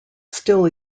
still